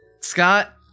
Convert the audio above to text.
Scott